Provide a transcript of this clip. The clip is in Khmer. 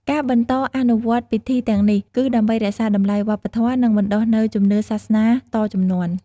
ការបន្តអនុវត្តន៍ពិធីទាំងនេះ គឺដើម្បីរក្សាតម្លៃវប្បធម៌ និងបណ្តុះនូវជំនឿសាសនាតជំនាន់។